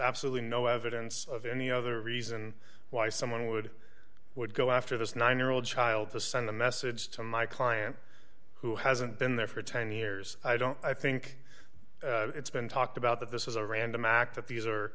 absolutely no evidence of any other reason why someone would would go after this nine year old child to send a message to my client who hasn't been there for ten years i don't i think it's been talked about that this is a random act that these